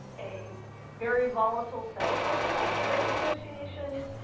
a very volatile set of trade negotiations,